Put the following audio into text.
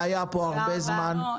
שהיה פה הרבה זמן,